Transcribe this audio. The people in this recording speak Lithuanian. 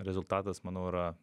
rezultatas manau yra